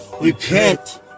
Repent